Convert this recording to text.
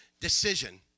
decision